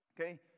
Okay